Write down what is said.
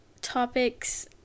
topics